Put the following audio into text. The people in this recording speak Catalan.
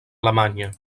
alemanya